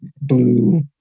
blue